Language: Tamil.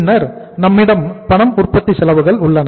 பின்னர் நம்மிடம் பணம் உற்பத்தி செலவுகள் உள்ளன